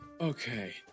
Okay